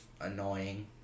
annoying